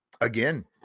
again